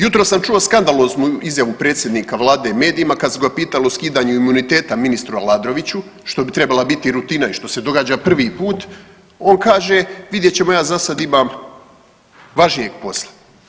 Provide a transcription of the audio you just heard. Jutros sam čuo skandaloznu izjavu predsjednika Vlade medijima kad su ga pitali o skidanju imuniteta ministru Aladroviću, što bi trebala biti rutina i što se događa prvi put, on kaže, vidjet ćemo, ja zasad imam važnijeg posla.